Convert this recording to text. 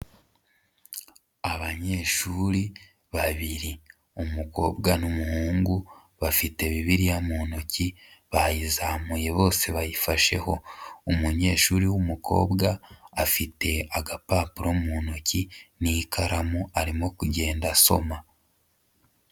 Abanyeshuri babiri umukobwa n'umuhungu, bafite bibiliya mu ntoki, bayiyizamuye bose bayifasheho, umunyeshuri w'umukobwa afite agapapuro mu ntoki n'ikaramu arimo kugenda asoma.